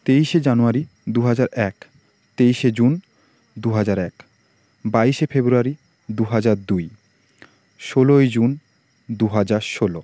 তেইশে জানুয়ারি দু হাজার এক তেইশে জুন দু হাজার এক বাইশে ফেব্রুয়ারি দু হাজার দুই ষোলোই জুন দু হাজার ষোলো